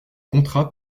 contrats